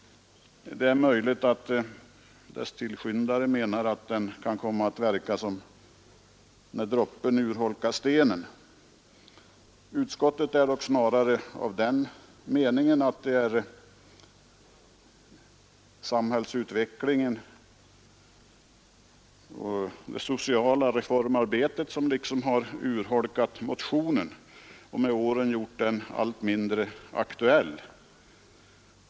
Det är möjligt att dess tillskyndare menar att den kan komma att verka såsom droppen som urholkar stenen. Utskottet är dock snarare av den meningen att det är samhällsutvecklingen och det sociala reformarbetet som har urholkat motionen och med åren gjort den allt mindre aktuell.